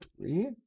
three